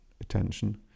attention